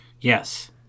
Yes